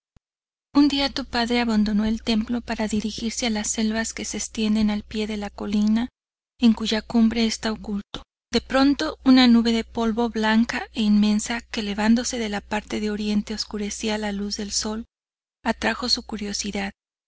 un día tu padre abandono el templo para dirigirse a las selvas que se extienden al pie de la colina en cuya cumbre esta oculto de pronto una nube de polvo blanca e inmensa que elevándose de la parte de oriente oscurecía la luz del sol atrajo su curiosidad